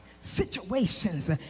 Situations